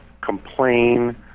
complain